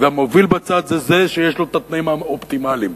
והמוביל בצעד הוא זה שיש לו התנאים האופטימליים,